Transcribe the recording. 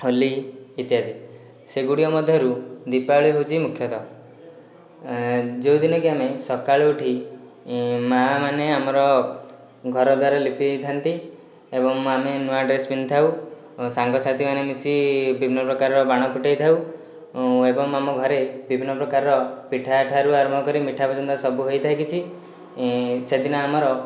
ହୋଲି ଇତ୍ୟାଦି ସେଗୁଡ଼ିକ ମଧ୍ୟରୁ ଦୀପାବଳୀ ହେଉଛି ମୁଖ୍ୟତଃ ଯେଉଁଦିନକି ଆମେ ସକାଳୁ ଉଠି ମାଆମାନେ ଆମର ଘରଦ୍ଵାର ଲିପି ଦେଇଥାନ୍ତି ଏବଂ ଆମେ ନୂଆ ଡ୍ରେସ୍ ପିନ୍ଧିଥାଉ ସାଙ୍ଗସାଥିମାନେ ମିଶି ବିଭିନ୍ନ ପ୍ରକାରର ବାଣ ଫୁଟାଇଥାଉ ଏବଂ ଆମ ଘରେ ବିଭିନ୍ନ ପ୍ରକାରର ପିଠା ଠାରୁ ଆରମ୍ଭ କରି ମିଠା ପର୍ଯ୍ୟନ୍ତ ସବୁ ହୋଇଥାଏ କିଛି ସେ ଦିନ ଆମର